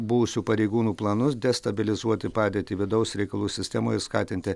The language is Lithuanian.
buvusių pareigūnų planus destabilizuoti padėtį vidaus reikalų sistemoj ir skatinti